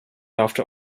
after